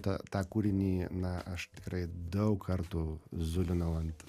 tą tą kūrinį na aš tikrai daug kartų zulinau ant